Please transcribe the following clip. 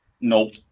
Nope